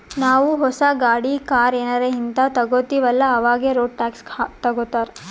ನಾವೂ ಹೊಸ ಗಾಡಿ, ಕಾರ್ ಏನಾರೇ ಹಿಂತಾವ್ ತಗೊತ್ತಿವ್ ಅಲ್ಲಾ ಅವಾಗೆ ರೋಡ್ ಟ್ಯಾಕ್ಸ್ ತಗೋತ್ತಾರ್